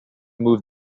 move